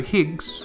Higgs